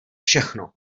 všechno